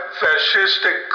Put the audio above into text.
fascistic